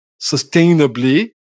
sustainably